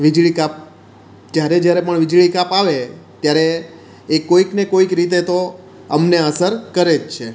વીજળી કાપ જ્યારે જ્યારે પણ વીજળી કાપ આવે ત્યારે એ કોઈકને કોઈક રીતે તો અમને અસર કરે જ છે